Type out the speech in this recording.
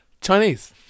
Chinese